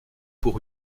pour